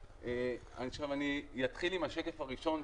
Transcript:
אני אתחיל עם השקף הראשון,